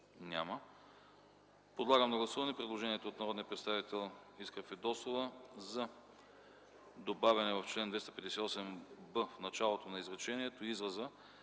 Няма. Подлагам на гласуване предложението от народния представител Искра Фидосова за добавяне в чл. 258б, в началото на изречението, на израза: